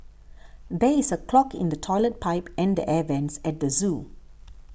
there is a clog in the Toilet Pipe and the Air Vents at the zoo